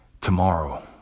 tomorrow